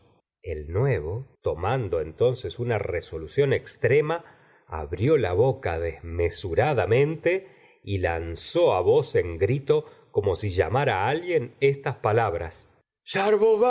el nuevo tomando entonces una resolución extrema abrió la boca desmesuradamente y lanzó voz en grito como si llamara alguien esta palabra